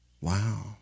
wow